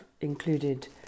included